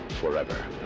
forever